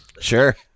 sure